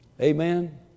Amen